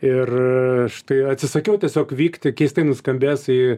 ir štai atsisakiau tiesiog vykti keistai nuskambės į